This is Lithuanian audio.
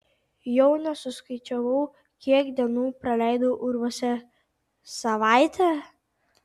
jau nesuskaičiavau kiek dienų praleidau urvuose savaitę